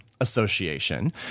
Association